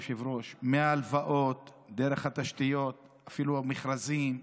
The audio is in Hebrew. מהלוואות דרך התשתיות ואפילו מכרזים,